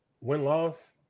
Win-loss